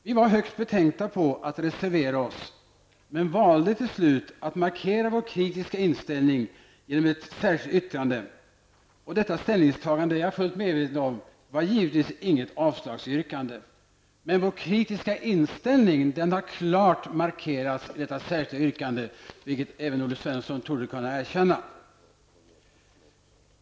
Vi var högst betänkta när det gällde att reservera oss men valde till slut att markera vår kritiska inställning genom ett särskilt yttrande. Jag är fullt medveten om att detta ställningstagande inte var något avslagsyrkande. Men vår kritiska inställning har klart markerats i detta särskilda yttrande, vilket även Olle Svensson torde kunna erkänna.